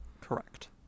correct